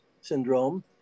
syndrome